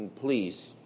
Please